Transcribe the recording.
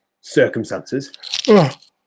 circumstances